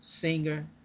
singer